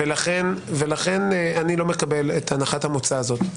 ולכן אני לא מקבל את הנחת המוצא הזאת.